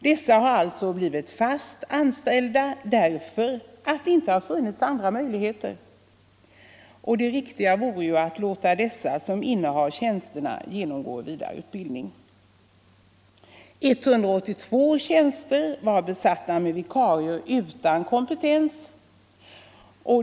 Dessa har alltså blivit fast anställda därför att det inte har funnits andra möjligheter. Det riktiga vore att låta dem som innehar tjänsterna genomgå vidareutbildning. 182 tjänster var besatta med vikarier utan kompetens.